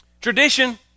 Tradition